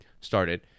started